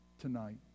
tonight